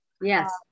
Yes